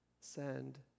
send